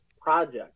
project